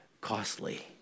costly